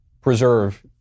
preserve